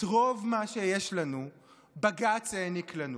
רוב מה שיש לנו בג"ץ העניק לנו.